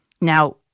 Now